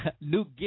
Luke